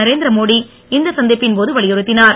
நரேந்திரமோடி இந்த சந்திப்பின்போது வலியுறுத்தினார்